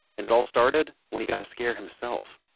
and it all started when he got a scare himself,